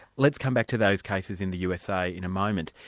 let's come back to those cases in the usa in a moment.